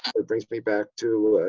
it brings me back to,